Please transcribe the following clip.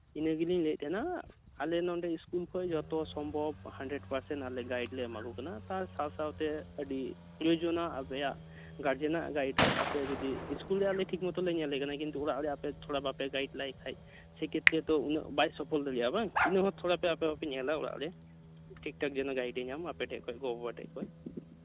ᱤᱱᱟᱹᱜᱤᱞᱤᱝ ᱞᱟᱹᱭᱮᱫ ᱛᱟᱦᱮᱸᱱᱟ ᱟᱞᱮ ᱱᱚᱰᱮ ᱤᱥᱠᱩᱞ ᱠᱷᱚᱡ ᱡᱚᱛᱚ ᱥᱚᱢᱵᱷᱚᱵᱽ ᱦᱟᱱᱰᱨᱮᱰ ᱯᱟᱨᱥᱮᱱ ᱟᱞᱮ ᱜᱟᱭᱤᱰ ᱞᱮ ᱮᱢᱟᱠᱚ ᱠᱟᱱᱟ ᱛᱟᱨ ᱥᱟᱶ ᱥᱟᱶᱛᱮ ᱟᱹᱰᱤ ᱯᱨᱚᱭᱳᱡᱚᱱᱟᱜ ᱟᱯᱮᱭᱟᱜ ᱜᱟᱨᱡᱮᱱᱟᱜ ᱜᱟᱭᱤᱰ ᱦᱚᱸ ᱟᱯᱮ ᱡᱩᱫᱤ ᱤᱥᱠᱩᱞ ᱨᱮ ᱟᱞᱮ ᱴᱷᱤᱠ ᱢᱚᱛᱚ ᱞᱮ ᱧᱮᱞᱮᱠᱟᱱᱟ ᱠᱤᱱᱛᱩ ᱚᱲᱟᱜ ᱨᱮ ᱟᱯᱮ ᱛᱷᱚᱲᱟ ᱵᱟᱯᱮ ᱜᱟᱭᱤᱰ ᱞᱮᱠᱷᱟᱡ ᱥᱮ ᱠᱷᱮᱛᱨᱮ ᱛᱚ ᱩᱱᱟᱹᱜ ᱵᱟᱭ ᱥᱚᱯᱷᱚᱞ ᱫᱟᱲᱮᱭᱟᱜᱼᱟ ᱵᱟᱝ ᱤᱱᱟᱹ ᱦᱚᱸ ᱟᱯᱮ ᱛᱷᱚᱲᱟ ᱵᱟᱯᱮ ᱧᱮᱞᱟ ᱚᱲᱟᱜ ᱨᱮ ᱴᱷᱤᱠ ᱴᱷᱟᱠ ᱡᱮᱱᱚ ᱜᱟᱭᱤᱰᱮ ᱧᱟᱢ ᱟᱯᱮ ᱴᱷᱮᱡ ᱠᱷᱚᱡ ᱜᱚ ᱵᱟᱵᱟ ᱴᱷᱮᱡ ᱠᱷᱚᱡ